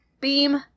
beam